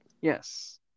Yes